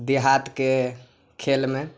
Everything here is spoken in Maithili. देहातके खेलमे